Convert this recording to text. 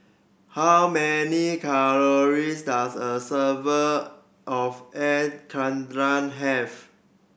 how many calories does a serve of Air Karthira have